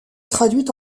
traduite